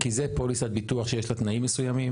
כי זה פוליסת ביטוח שיש לה תנאים מסוימים